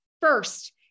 first